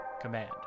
command